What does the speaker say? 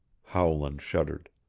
howland shuddered.